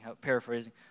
paraphrasing